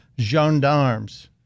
gendarmes